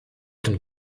tym